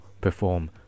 perform